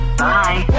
bye